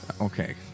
Okay